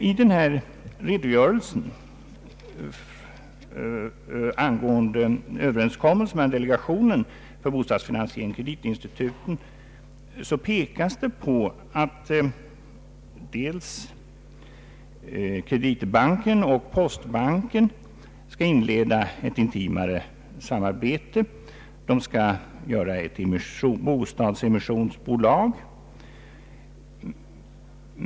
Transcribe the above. I redogörelsen angående överenskommelsen mellan delegationen för bostadsfinansiering och kreditinstituten framhålls det att Kreditbanken och postbanken skall inleda ett intimare samarbete och bilda ett bostadsemissionsbolag.